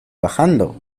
bajando